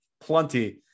plenty